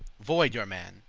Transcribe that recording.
voide your man,